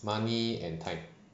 money and time